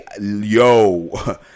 yo